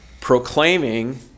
proclaiming